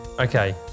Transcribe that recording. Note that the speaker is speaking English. Okay